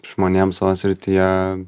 žmonėm savo srityje